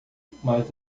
mas